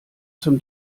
zum